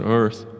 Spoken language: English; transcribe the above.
earth